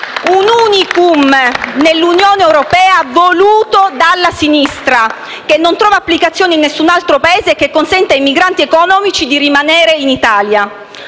un *unicum* nell'Unione europea voluto dalla sinistra che non trova applicazione in nessun altro Paese e che consente ai migranti economici di rimanere in Italia.